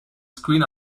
screen